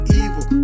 evil